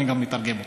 אני גם מתרגם אותו,